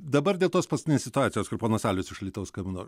dabar dėl tos paskutinės situacijos kur ponas alius iš alytaus skambino